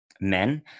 men